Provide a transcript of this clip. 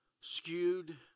skewed